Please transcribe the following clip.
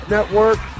Network